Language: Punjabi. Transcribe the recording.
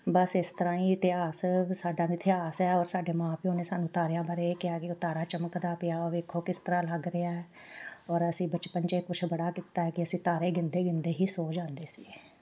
ਬਸ ਇਸ ਤਰ੍ਹਾਂ ਹੀ ਇਤਿਹਾਸ ਸਾਡਾ ਮਿਥਿਹਾਸ ਹੈ ਔਰ ਸਾਡੇ ਮਾਂ ਪਿਓ ਨੇ ਸਾਨੂੰ ਤਾਰਿਆਂ ਬਾਰੇ ਕਿਹਾ ਕਿ ਤਾਰਾ ਚਮਕਦਾ ਪਿਆ ਉਹ ਵੇਖੋ ਕਿਸ ਤਰ੍ਹਾਂ ਲੱਗ ਰਿਹਾ ਔਰ ਅਸੀਂ ਬਚਪਨ 'ਚ ਇਹ ਕੁਛ ਬੜਾ ਕੀਤਾ ਕਿ ਅਸੀਂ ਤਾਰੇ ਗਿਣਦੇ ਗਿਣਦੇ ਹੀ ਸੌ ਜਾਂਦੇ ਸੀ